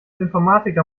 informatiker